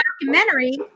documentary